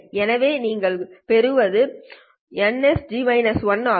எனவே நீங்கள் பெறுவது nspNhν ஆகும்